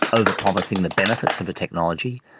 over-promising the benefits of a technology,